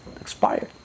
expired